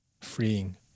freeing